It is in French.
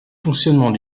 fonctionnement